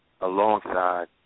alongside